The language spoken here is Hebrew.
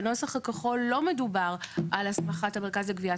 בנוסח הכחול לא מדובר על הסמכת המרכז לגביית